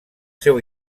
seu